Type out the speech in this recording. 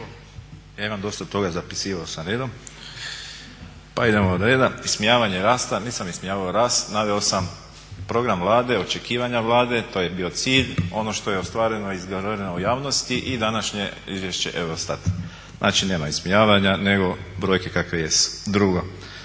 Ja imam dosta toga, zapisivao sam redom pa idemo od reda. Ismijavanje rasta, nisam ismijavao rast, naveo sam program Vlade, očekivanja Vlade, to je bio cilj. Ono što je ostvareno … u javnosti i današnje izvješće EUROSTAT. Znači nema ismijavanja nego brojke kakve jesu. Drugo,